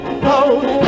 close